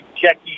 Jackie